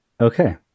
Okay